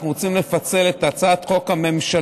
אנחנו רוצים לפצל את הצעת החוק הממשלתית,